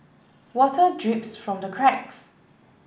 water drips from the cracks